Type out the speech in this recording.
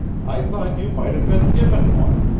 i thought you might have been given one.